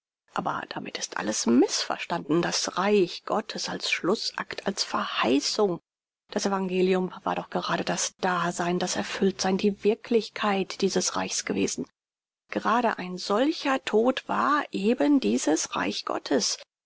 aber damit ist alles mißverstanden das reich gottes als schlußakt als verheißung das evangelium war doch gerade das dasein das erfülltsein die wirklichkeit dieses reichs gewesen gerade ein solcher tod war eben dieses reich gottes